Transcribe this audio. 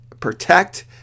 Protect